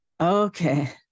Okay